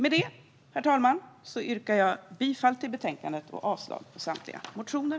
Jag vill härmed yrka bifall till utskottets förslag och avslag på samtliga motioner.